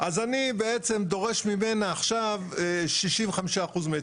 אז אני בעצם דורש ממנה עכשיו 65% אחוז מצ'ינג.